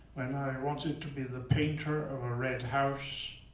and i wanted to be the painter of a red house,